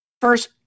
first